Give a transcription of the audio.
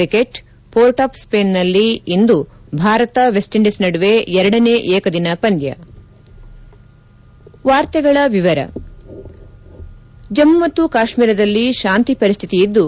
cricket port of ಸ್ಪೇನ್ನಲ್ಲಿ ಇಂದು Bharat West Indies ನಡುವೆ ಎರಡನೇ ಏಕದಿನ ಪಂದ್ಯ ಜಮ್ನು ಮತ್ತು ಕಾಶ್ತೀರದಲ್ಲಿ ಶಾಂತಿ ಪರಿಸ್ಥಿತಿಯಿದ್ದು